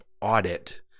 audit